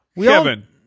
Kevin